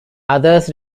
others